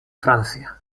francia